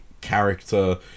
character